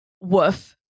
woof